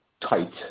tight